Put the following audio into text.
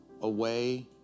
away